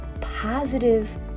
positive